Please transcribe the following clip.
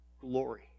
Glory